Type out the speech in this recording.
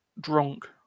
drunk